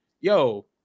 yo